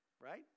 right